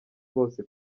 bose